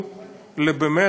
זכו באמת,